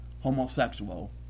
homosexual